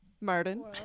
Martin